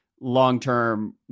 long-term